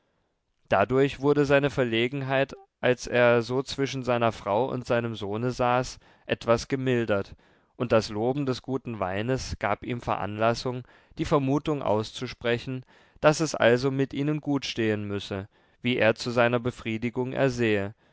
dadurch wurde seine verlegenheit als er so zwischen seiner frau und seinem sohne saß etwas gemildert und das loben des guten weines gab ihm veranlassung die vermutung auszusprechen daß es also mit ihnen gut stehen müsse wie er zu seiner befriedigung ersehe